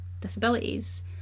disabilities